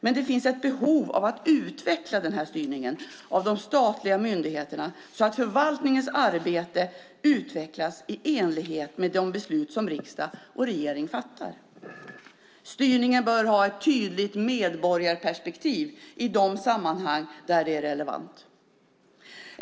Men det finns ett behov av att utveckla styrningen av de statliga myndigheterna så att förvaltningens arbete utvecklas i enlighet med de beslut som riksdag och regering fattar. Styrningen bör ha ett tydligt medborgarperspektiv i de sammanhang där det är relevant.